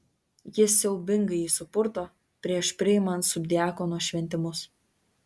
jis siaubingai jį supurto prieš priimant subdiakono šventimus